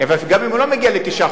גם אם הוא לא מגיע לתשעה חודשים.